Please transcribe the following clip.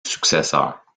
successeurs